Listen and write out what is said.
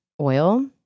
oil